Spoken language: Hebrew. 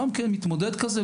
גם כן מתמודד כזה,